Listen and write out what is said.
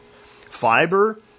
Fiber